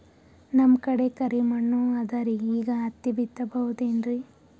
ನಮ್ ಕಡೆ ಕರಿ ಮಣ್ಣು ಅದರಿ, ಈಗ ಹತ್ತಿ ಬಿತ್ತಬಹುದು ಏನ್ರೀ?